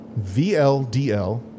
VLDL